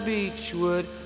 Beachwood